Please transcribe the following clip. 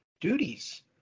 duties